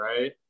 right